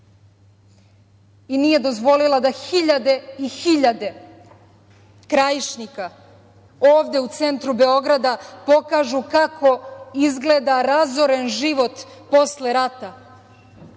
i nije dozvolila da hiljade i hiljade Krajišnika ovde u centru Beograda pokažu kako izgleda razoren život posle rata.I